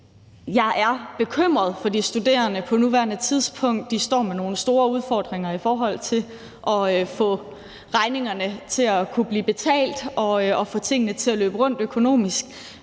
Jeg er bekymret for de studerende på nuværende tidspunkt. De står med nogle store udfordringer i forhold til at kunne få regningerne betalt og få tingene til at løbe rundt økonomisk.